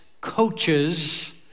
coaches